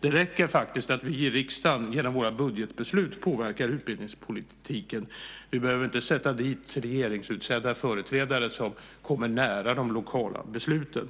Det räcker faktiskt att vi i riksdagen genom våra budgetbeslut påverkar utbildningspolitiken. Vi behöver inte sätta dit regeringsutsedda företrädare som kommer nära de lokala besluten.